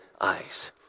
eyes